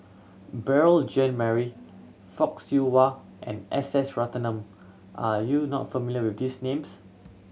Beurel Jean Marie Fock Siew Wah and S S Ratnam are you not familiar with these names